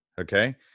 Okay